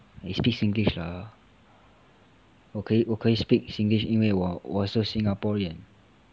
eh speak singlish lah 我可以我可以 speak singlish because 我是 singaporean